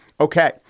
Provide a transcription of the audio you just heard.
Okay